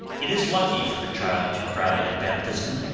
it is lucky for the child to cry at baptism,